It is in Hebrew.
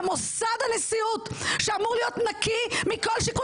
במוסד הנשיאות שאמור להיות נקי מכל שיקול